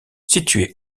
située